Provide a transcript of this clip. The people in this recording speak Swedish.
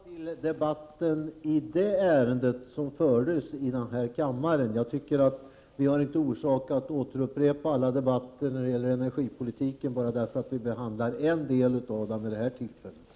Herr talman! Jag vill referera till den debatt i ärendet som fördes här förut. Jag tycker inte att vi har orsak att upprepa alla debatter om energipolitiken bara därför att vi just vid det här tillfället behandlar en del av den.